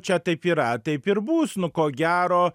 čia taip yra taip ir bus nu ko gero